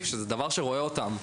שזה דבר שרואה אותם.